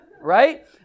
right